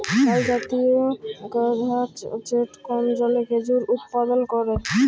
তালজাতীয় গাহাচ যেট কম জলে খেজুর উৎপাদল ক্যরে